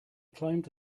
climbed